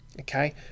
okay